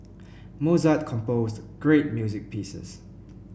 Mozart composed great music pieces